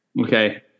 okay